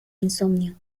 insomnio